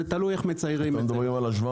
זה תלוי איך מציירים את זה.